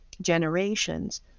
generations